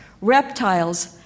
reptiles